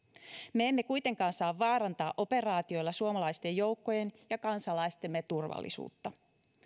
me emme kuitenkaan saa vaarantaa operaatioilla suomalaisten joukkojen ja kansalaistemme turvallisuutta